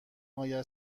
آیه